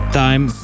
time